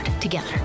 together